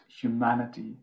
humanity